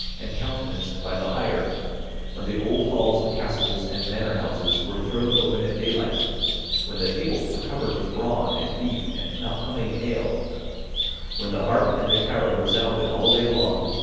and countenanced by the higher when the old halls of castles and manor-houses were thrown open at daylight when the tables were covered with brawn, and beef, and humming ale when the harp and the carol resounded all day long,